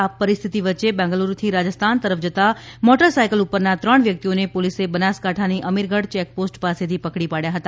આ પરિસ્થિતિ વચ્ચે બેંગલુરુથી રાજસ્થાન તરફ જતા મોટરસાઇકલ ઉપરના ત્રણ વ્યક્તિઓને પોલીસે બનાસકાંઠાની અમીરગઢ ચેક પોસ્ટ પાસેથી પકડી પાડ્યા હતા